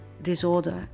disorder